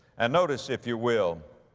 and notice if you will,